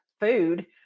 food